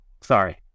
Sorry